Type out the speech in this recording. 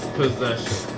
possession